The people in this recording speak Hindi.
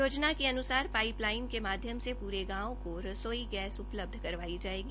योजना के अनुसार पाईपलाईन के माध्यम से पूरे गांव को रसोई गैस उपलब्ध करवाई जायेगी